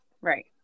Right